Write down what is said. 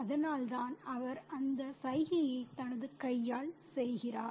அதனால்தான் அவர் அந்த சைகையை தனது கையால் செய்கிறார்